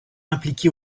impliqué